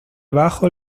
bajo